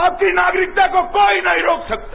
आपकी नागरिकता को कोई नहीं रोक सकता